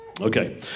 Okay